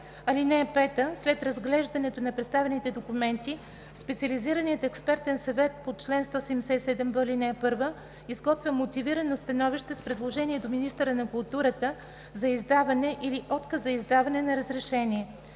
(5) След разглеждането на представените документи Специализираният експертен съвет по чл. 177б, ал. 1 изготвя мотивирано становище с предложение до министъра на културата за издаване или отказ за издаване на разрешение.